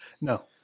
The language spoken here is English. No